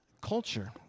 culture